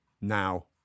now